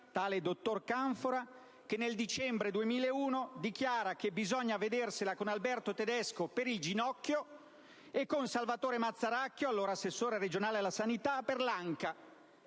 tale dottor Canfora, che nel dicembre 2001 dichiara che bisogna vedersela con Alberto Tedesco per il ginocchio e con Salvatore Mazzaracchio, allora assessore regionale alla sanità, per l'anca,